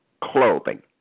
Clothing